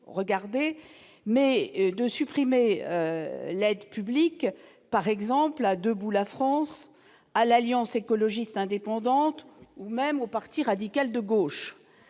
de supprimer l'aide publique à Debout la France, à l'Alliance écologiste indépendante ou même au Parti radical de gauche.